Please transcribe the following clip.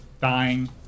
dying